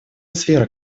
сфера